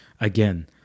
Again